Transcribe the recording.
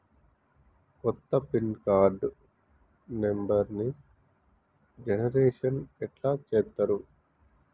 కొత్త PIN card నెంబర్ని generation ఎట్లా చేత్తరు?